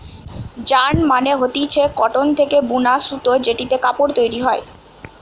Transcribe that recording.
yarn মানে হতিছে cotton থেকে বুনা সুতো জেটিতে কাপড় তৈরী হয়